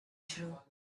true